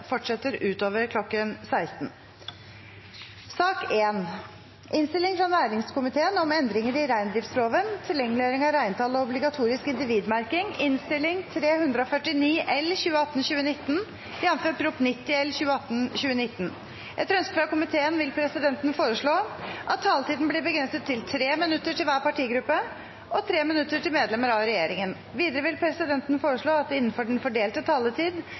fortsetter utover kl. 16. Etter ønske fra næringskomiteen vil presidenten foreslå at taletiden blir begrenset til 3 minutter til hver partigruppe og 3 minutter til medlemmer av regjeringen. Videre vil presidenten foreslå at det – innenfor den fordelte taletid